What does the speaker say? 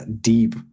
deep